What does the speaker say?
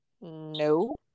no